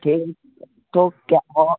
ठीक तो क्या